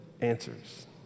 answers